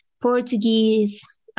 Portuguese